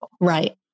Right